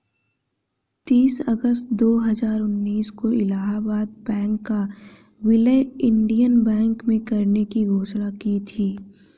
तीस अगस्त दो हजार उन्नीस को इलाहबाद बैंक का विलय इंडियन बैंक में करने की घोषणा की थी